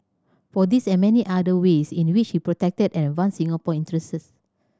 for this and many other ways in which he protected and advanced Singapore's interest